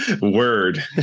word